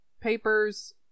papers